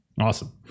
awesome